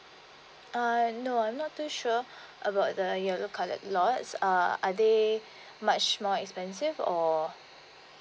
uh no I'm not too sure about the yellow coloured lots uh are they much more expensive or